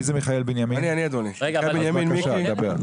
בבקשה, דבר.